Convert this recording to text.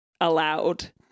allowed